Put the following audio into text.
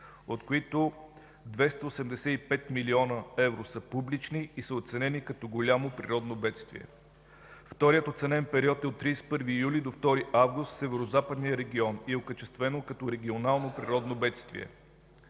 от които 285 млн. евро са публични, и са оценени като голямо природно бедствие. Вторият оценен период е от 31 юли до 2 август в Северозападния регион и е окачествен като регионално природно бедствие.